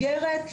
מאתגרת.